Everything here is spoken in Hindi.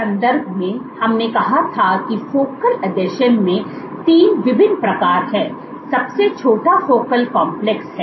इस संदर्भ में हमने कहा था कि फोकल आसंजन के 3 विभिन्न प्रकार हैं सबसे छोटा फोकल कॉम्प्लेक्स है